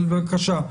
אבל בבקשה,